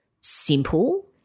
simple